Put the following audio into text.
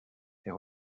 est